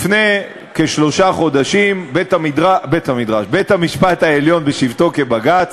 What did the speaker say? לפני כשלושה חודשים, בית-המשפט העליון בשבתו כבג"ץ